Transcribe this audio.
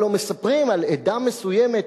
הלוא מספרים על עדה מסוימת,